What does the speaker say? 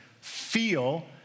feel